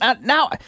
now